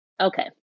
Okay